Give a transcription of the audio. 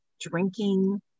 drinking